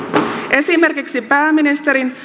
esimerkiksi pääministerin